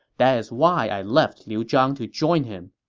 that is why i left liu zhang to join him.